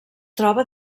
troba